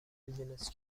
بیزینس